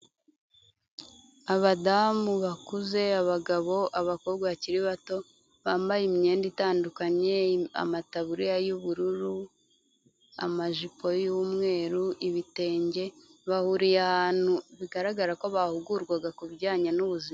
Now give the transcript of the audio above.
Abadamu bakuze, abagabo, abakobwa bakiri bato, bambaye imyenda itandukanye, amataburiya y'ubururu, amajipo y'umweru, ibitenge, bahuriye ahantu bigaragara ko bahugurwaga ku bijyanye n'ubuzima.